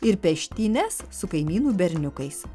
ir peštynes su kaimynų berniukais